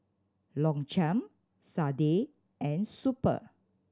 Longchamp Sadia and Super